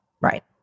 Right